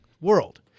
world